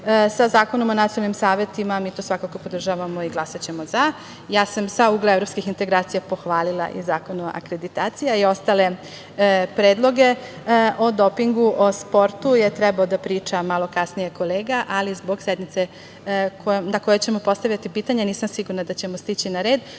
sa Zakonom o nacionalnim savetima. Mi to svakako podržavamo i glasaćemo za. Ja sam sa ugla evropskih integracija pohvalila i Zakon o akreditaciji i ostale predloge. O dopingu, o sportu je trebao da priča malo kasnije kolega, ali zbog sednice na kojoj ćemo postavljati pitanja, nisam sigurna da ćemo stići na red,